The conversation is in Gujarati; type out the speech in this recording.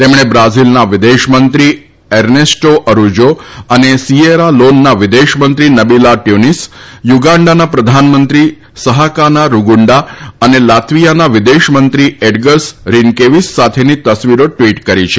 તેમમે બ્રાઝીલના વિદેશમંત્રી અર્નેસ્ટો અરૂજો સીયેરા લોનના વિદેશમંત્રી નબીલા ટ્યુનીસ યુગાંડાના પ્રધાનમંત્રી સહાકાના રૂગુંડા અને લાત્વીયાના વિદેશમંત્રી એડગર્સ રીનકેવીસ સાથેની તસવીરો ટૃવિટ કરી છે